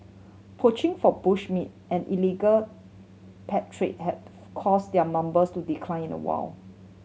poaching for bush meat and illegal pet trade had caused their numbers to decline in the wild